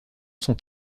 sont